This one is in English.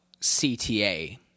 CTA